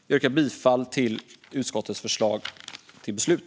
Jag yrkar bifall till utskottets förslag till beslut.